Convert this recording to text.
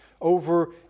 over